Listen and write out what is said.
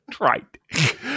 Right